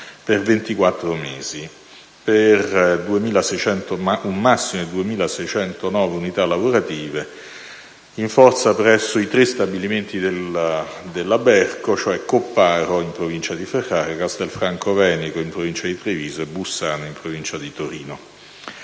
per 24 mesi per un massimo di 2.609 unità lavorative in forza presso i tre stabilimenti della Berco: Copparo, in provincia di Ferrara, Castelfranco Veneto, in provincia di Treviso e Bussano, in provincia di Torino.